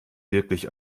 wirklich